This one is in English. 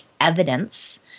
evidence